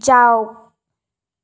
যাওক